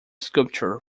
sculpture